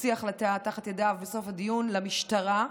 הוציא החלטה תחת ידיו בסוף הדיון, למשטרה,